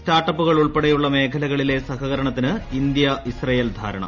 സ്റ്റാർട്ടപ്പുകൾ ഉൾപ്പെട്ടെയ്ുള്ള മേഖലകളിലെ ന് സഹകരണത്തിന് ഇന്ത്യ ഇസ്രയേൽ ധാരണ